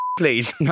please